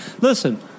Listen